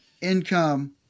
income